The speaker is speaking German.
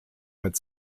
mit